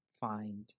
find